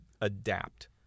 adapt